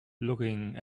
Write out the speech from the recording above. looking